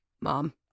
Mom